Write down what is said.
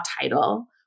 title